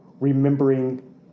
remembering